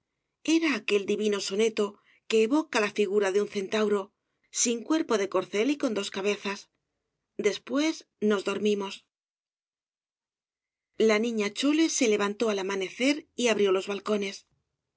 era aquel divino soneto que evoca la figura de un centauro sin cuerpo de corcel y con dos cabezas después nos dormimos la niña chole se levantó al amanecer y abrió los balcones